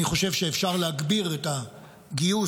אני חושב שאפשר להגביר את הגיוס,